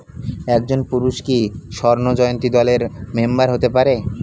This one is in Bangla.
একজন পুরুষ কি স্বর্ণ জয়ন্তী দলের মেম্বার হতে পারে?